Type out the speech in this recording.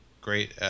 Great